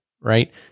right